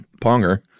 ponger